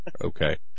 okay